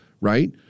right